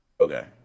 Okay